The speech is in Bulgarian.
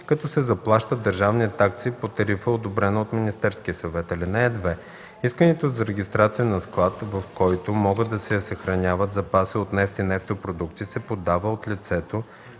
като се заплащат държавни такси по тарифа, одобрена от Министерския съвет. (2) Искането за регистрация на склад, в който могат да се съхраняват запаси от нефт и нефтопродукти, се подава от лицето,